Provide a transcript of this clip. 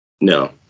No